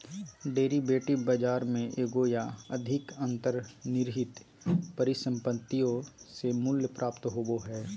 derivative बाजार में एगो या अधिक अंतर्निहित परिसंपत्तियों से मूल्य प्राप्त होबो हइ